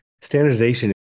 standardization